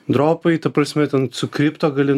dropai ta prasme ten su kripto gali